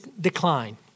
decline